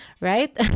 right